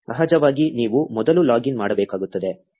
ಸಹಜವಾಗಿ ನೀವು ಮೊದಲು ಲಾಗಿನ್ ಮಾಡಬೇಕಾಗುತ್ತದೆ